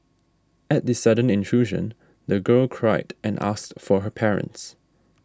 at the sudden intrusion the girl cried and asked for her parents